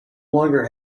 longer